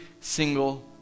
single